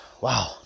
wow